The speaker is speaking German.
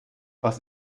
was